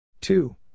Two